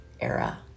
era